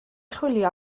chwilio